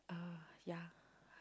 uh yeah